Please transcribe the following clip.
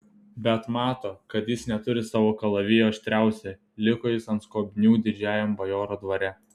bet mato kad jis neturi savo kalavijo aštriausio liko jis ant skobnių didžiajam bajoro dvare